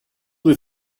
they